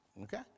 Okay